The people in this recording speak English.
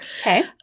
Okay